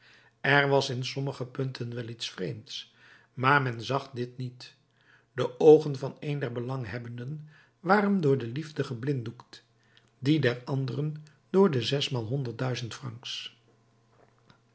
er was in sommige punten wel iets vreemds maar men zag dit niet de oogen van een der belanghebbenden waren door de liefde geblinddoekt die der anderen door de zesmaal honderd duizend francs